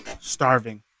Starving